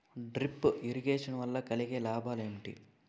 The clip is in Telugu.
డ్రిప్ ఇరిగేషన్ వల్ల కలిగే లాభాలు ఏంటి?